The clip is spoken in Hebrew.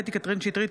קטי קטרין שטרית,